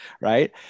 right